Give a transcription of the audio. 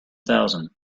thousand